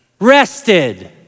rested